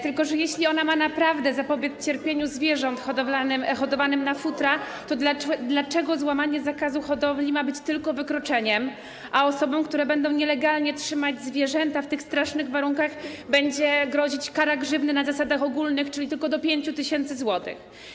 Tylko jeśli ona ma naprawdę zapobiec cierpieniu zwierząt hodowanym na futra, to dlaczego złamanie zakazu hodowli ma być tylko wykroczeniem, a osobom, które będą nielegalnie trzymać zwierzęta w tych strasznych warunkach będzie grozić kara grzywny na zasadach ogólnych, czyli tylko do 5 tys. zł?